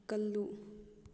ꯀꯜꯂꯨ